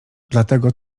dlatego